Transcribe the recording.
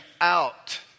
out